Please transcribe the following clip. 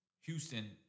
Houston